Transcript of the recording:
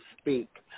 speak